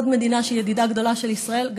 עוד מדינה שהיא ידידה גדולה של ישראל,